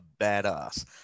badass